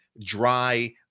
dry